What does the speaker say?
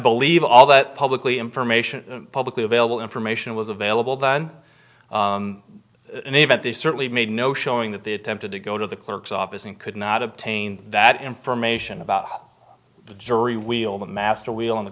believe all that publicly information publicly available information was available then in the event they certainly made no showing that they attempted to go to the clerk's office and could not obtain that information about the jury we'll master wheel